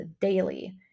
daily